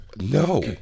No